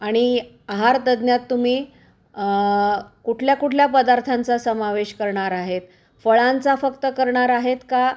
आणि आहारतज्ज्ञात तुम्ही कुठल्याकुठल्या पदार्थांचा समावेश करणार आहात फळांचा फक्त करणार आहेत का